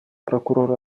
прокурор